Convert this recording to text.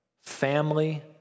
family